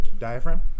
diaphragm